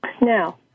Now